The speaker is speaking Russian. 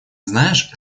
знаешь